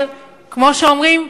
אבל כמו שאומרים,